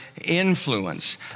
influence